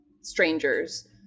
strangers